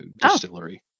distillery